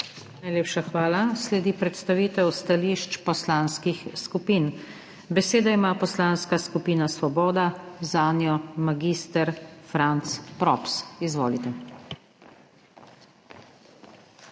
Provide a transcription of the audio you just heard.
Najlepša hvala. Sledi predstavitev stališč poslanskih skupin. Besedo ima Poslanska skupina Svoboda, zanjo mag. Franc Props, izvolite.